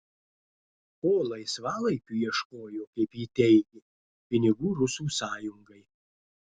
o laisvalaikiu ieškojo kaip ji teigė pinigų rusų sąjungai